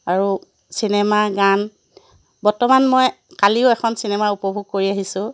আৰু চিনেমা গান বৰ্তমান মই কালিও এখন চিনেমা উপভোগ কৰি আহিছোঁ